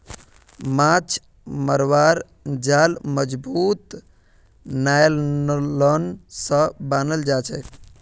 माछ मरवार जाल मजबूत नायलॉन स बनाल जाछेक